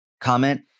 comment